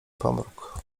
pomruk